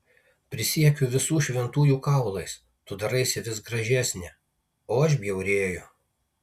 prisiekiu visų šventųjų kaulais tu daraisi vis gražesnė o aš bjaurėju